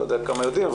לא יודע כמה יודעים,